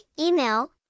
email